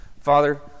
Father